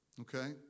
Okay